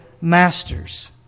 masters